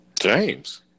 James